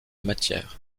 matière